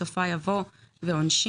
בסופה יבוא "ועונשין".